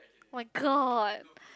oh-my-god